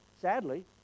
Sadly